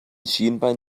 schienbein